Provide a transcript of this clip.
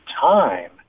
time